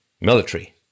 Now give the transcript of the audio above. military